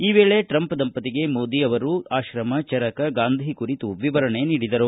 ಈ ವೇಳೆ ಟ್ರಂಪ್ ದಂಪತಿಗೆ ಮೋದಿ ಅವರು ಆಕ್ರಮ ಚರಕ ಗಾಂಧಿ ಕುರಿತು ವಿವರಣೆ ನೀಡಿದರು